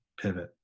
pivot